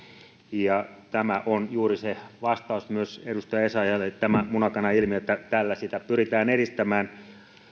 tämä on vastaus myös edustaja essayahille koskien juuri tätä muna kana ilmiötä että tällä sitä pyritään edistämään